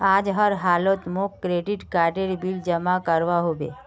आज हर हालौत मौक क्रेडिट कार्डेर बिल जमा करवा होबे